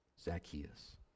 Zacchaeus